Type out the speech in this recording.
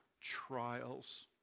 trials